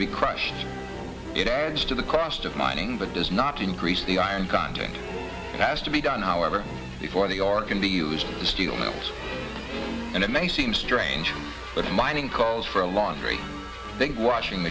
to be crushed it adds to the cost of mining but does not increase the iron content has to be done however before they are can be used to steel mills and it may seem strange but mining calls for a laundry washing